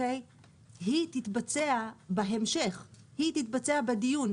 היא תתבצע בהמשך, היא תתבצע בדיון.